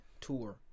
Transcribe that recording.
Tour